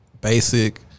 basic